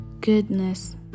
goodness